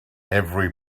every